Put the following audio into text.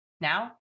Now